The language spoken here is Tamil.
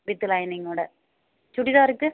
வித் லைனிங் ஓட சுடிதாருக்கு